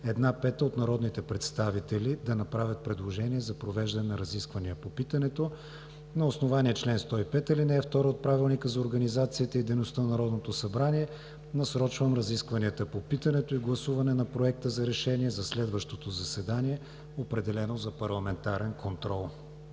една пета от народните представители да направят предложение за провеждане на разисквания по питането. На основание чл. 105, ал. 2 от Правилника за организацията и дейността на Народното събрание насрочвам разискванията по питането и гласуване на Проекта за решение за следващото заседание, определено за парламентарен контрол.